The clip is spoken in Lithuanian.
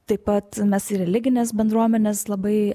taip pat mes į religines bendruomenes labai